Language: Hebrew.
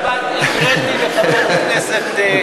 זו תשובה שהקראתי לחבר הכנסת,